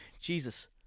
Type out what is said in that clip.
Jesus